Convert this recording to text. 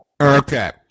Okay